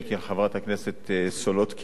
חברת הכנסת סולודקין,